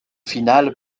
finale